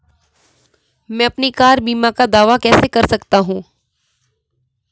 मैं अपनी कार बीमा का दावा कैसे कर सकता हूं?